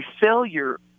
failure